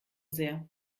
sehr